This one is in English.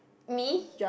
me